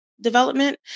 development